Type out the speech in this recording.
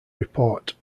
report